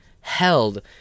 held